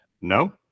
No